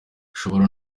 ushobora